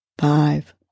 Five